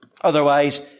Otherwise